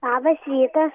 labas rytas